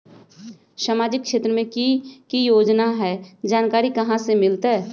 सामाजिक क्षेत्र मे कि की योजना है जानकारी कहाँ से मिलतै?